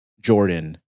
Jordan